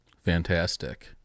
Fantastic